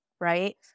Right